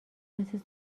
مثل